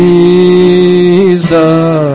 Jesus